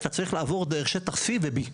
אתה צריך לעבור דרך שטח C ו-B.